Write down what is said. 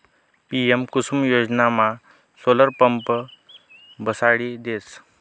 PM Kusum योजनामा solar pump बसाडी देतस